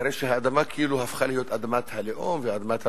אחרי שהאדמה כאילו הפכה להיות אדמת הלאום ואדמת המדינה,